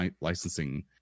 licensing